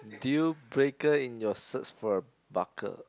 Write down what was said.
dealbreaker in your search for a parker